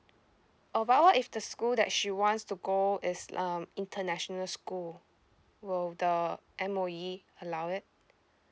oh but what if the school that she wants to go is um international school will the M_O_E allow it